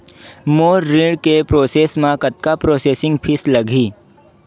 मोर ऋण के प्रोसेस म कतका प्रोसेसिंग फीस लगही?